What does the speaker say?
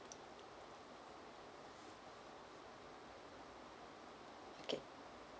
okay